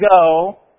go